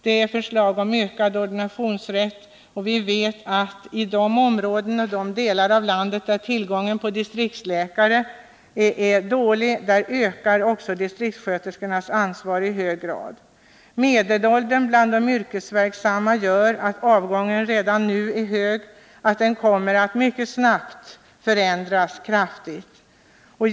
Det finns förslag om ökad ordinationsrätt för distriktssköterskorna, och vi vet att i de delar av landet där tillgången på distriktsläkare är dålig ökar distriktssköterskornas ansvar i hög grad. Medelåldern bland de yrkesverksamma gör att avgången är hög.